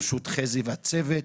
בראשות חזי והצוות.